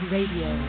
Radio